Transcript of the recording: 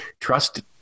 trust